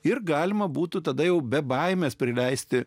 ir galima būtų tada jau be baimės prileisti